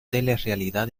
telerrealidad